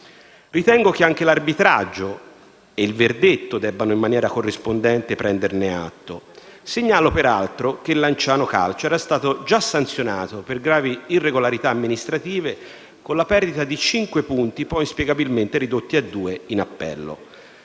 Ritengo che anche l'arbitraggio e il verdetto debbano in maniera corrispondente prenderne atto. Segnalo, per altro, che il Lanciano Calcio era stato già sanzionato per gravi irregolarità amministrative con la perdita di cinque punti, poi inspiegabilmente ridotti a due in appello.